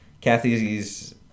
Kathy's